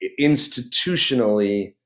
institutionally